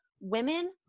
women